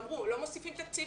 אמרו שלא מוסיפים תקציב,